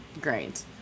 great